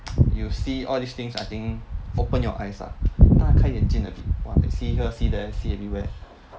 you see all these things I think open your eyes ah 大开眼界 !wah! see here see there see anywhere